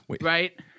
right